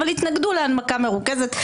אבל התנגדו להנמקה מרוכזת,